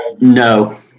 No